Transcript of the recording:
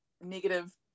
negative